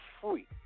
free